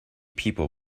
people